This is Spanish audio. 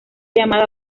llamada